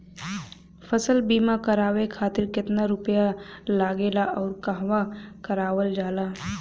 फसल बीमा करावे खातिर केतना रुपया लागेला अउर कहवा करावल जाला?